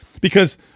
because-